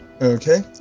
Okay